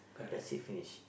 that's it finish